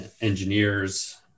engineers